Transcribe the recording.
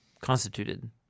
constituted